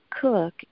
cook